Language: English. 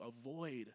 avoid